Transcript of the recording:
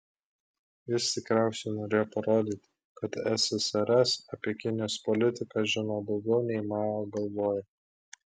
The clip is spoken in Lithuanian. jis tikriausiai norėjo parodyti kad ssrs apie kinijos politiką žino daugiau nei mao galvoja